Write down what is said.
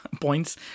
points